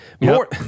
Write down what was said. more